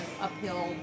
uphill